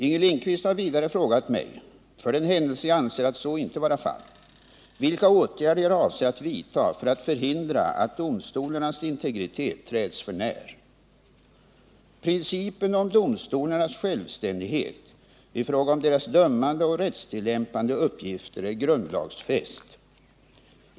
Inger Lindquist har vidare frågat mig, för den händelse jag anser så inte vara fallet, vilka åtgärder jag avser att vidta för att förhindra att domstolarnas integritet träds för när. Principen om domstolarnas självständighet i fråga om deras dömande och rättstillämpande uppgifter är grundlagsfäst.